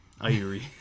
Irie